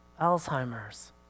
Alzheimer's